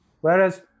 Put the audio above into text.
Whereas